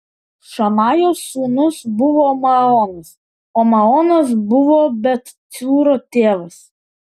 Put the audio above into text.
šamajo sūnus buvo maonas o maonas buvo bet cūro tėvas